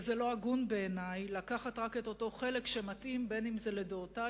ולא הגון בעיני לקחת רק את אותו חלק שמתאים אם לדעותי,